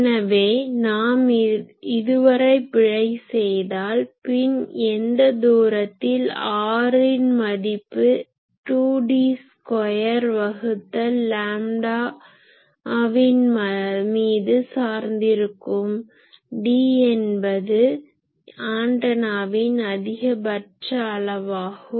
எனவே நாம் இதுவரை பிழை செய்தால் பின் எந்த தூரத்தில் rஇன் மதிப்பு 2D ஸ்கொயர் வகுத்தல் லாம்டாவின் மீது சார்ந்திருக்கும் D என்பது ஆன்டனாவின் அதிகபட்ச அளவாகும்